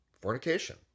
fornication